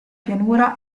pianura